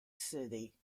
city